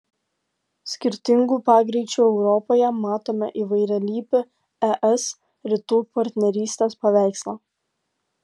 skirtingų pagreičių europoje matome įvairialypį es rytų partnerystės paveikslą